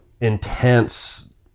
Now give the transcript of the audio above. intense